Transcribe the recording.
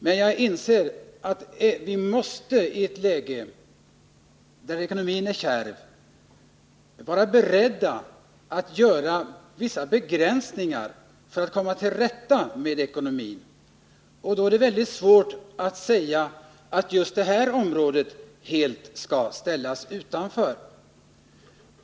Men jag inser att vi i ett läge där ekonomin är kärv måste vara beredda att göra vissa begränsningar för att komma till rätta med ekonomin, och då är det väldigt svårt att säga att just det här området helt skall ställas utanför.